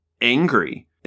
angry